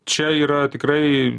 čia yra tikrai